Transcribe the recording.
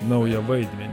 naują vaidmenį